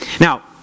Now